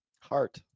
Heart